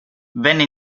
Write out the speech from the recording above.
venne